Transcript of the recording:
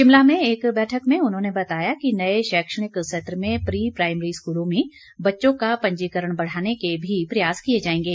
शिमला में एक बैठक में उन्होंने बताया कि नए शैक्षणिक सत्र में प्री प्राईमरी स्कूलों में बच्चों का पंजीकरण बढ़ाने के भी प्रयास किए जाएंगे